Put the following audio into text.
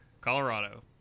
Colorado